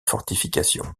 fortification